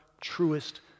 truest